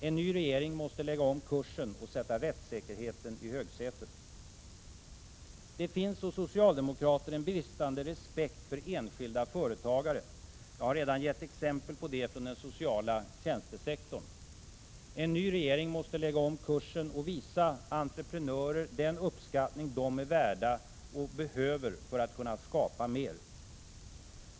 En ny regering måste lägga om kursen och sätta rättssäkerheten i högsätet. Det finns hos socialdemokrater en bristande respekt för enskilda företagare. Jag har redan givit exempel på det från den sociala tjänstesektorn. En ny regering måste lägga om kursen och visa entreprenörer den uppskattning de är värda och behöver för att kunna skapa mer.